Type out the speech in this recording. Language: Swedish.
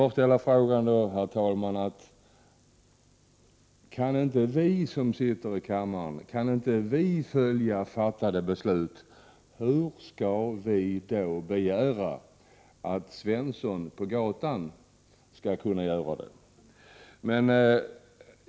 Jag vill därför fråga: Kan inte vi som är ledamöter av denna kammare följa fattade beslut, hur kan vi då begära att Svensson på gatan skall göra det?